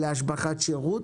להשבחת שירות,